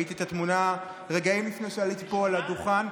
ראיתי את התמונה רגעים לפני שעליתי פה על הדוכן.